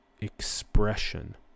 expression